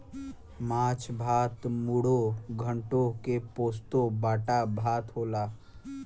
माछ भात मुडो घोन्टो के पोस्तो बाटा भात होला